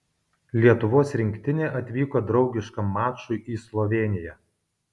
lietuvos rinktinė atvyko draugiškam mačui į slovėniją